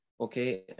okay